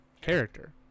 character